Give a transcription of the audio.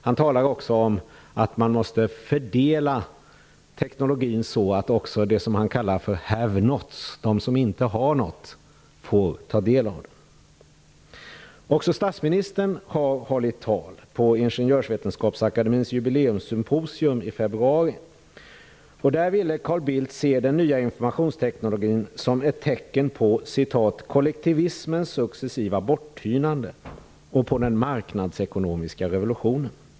Han talar också om att man måste fördela teknologin, så att de som inte har något, ''have-not'', också får ta del av den. Också statsministern har hållit tal, vid Ingenjörsvetenskapsakademiens jubileumssymposium i februari. Då ville Carl Bildt se den nya informationsteknologin som ett tecken på ''kollektivismens successiva borttynande'' och på den ''marknadsekonomiska revolutionen''.